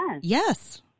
Yes